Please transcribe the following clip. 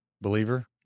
believer